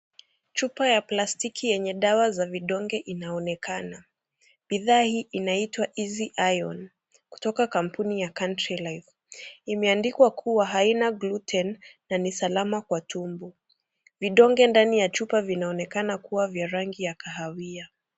Chupa ya plastiki yenye dawa za vidonge inaonekana. Bidhaa hii inaitwa Easy Iron kutoka kampuni ya Country life. Imeandikwa kuwa haina gluten na ni salama kwa tumbo. Vidonge ndani ya chupa vinaonekana kuwa vya rangi ya kahawia.